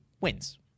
wins